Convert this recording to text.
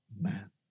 man